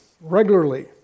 regularly